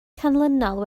canlynol